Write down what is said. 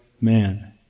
man